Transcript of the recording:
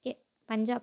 K Punjab